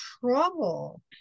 trouble